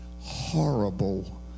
horrible